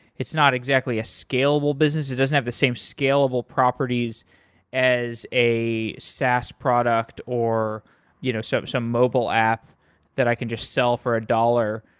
it's not exactly a scalable business. it doesn't have the same scalable properties as a sas product or you know some mobile mobile app that i can just sell for a dollar.